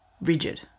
rigid